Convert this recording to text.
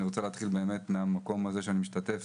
אני רוצה להתחיל בזה שאני משתתף